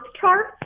chart